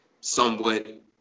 somewhat